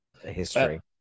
history